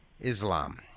Islam